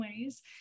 ways